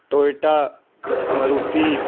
Toyota Maruti